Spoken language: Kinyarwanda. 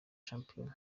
shampiyona